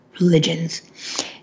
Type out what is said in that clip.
religions